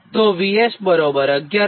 તો VS 11